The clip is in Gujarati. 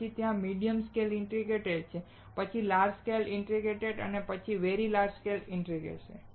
પછી ત્યાં મીડીયમ સ્કેલ ઇન્ટીગ્રેશન છે પછી લાર્જ સ્કેલ ઇન્ટીગ્રેશન અને પછી વેરી લાર્જ સ્કેલ ઇન્ટીગ્રેશન